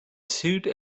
suite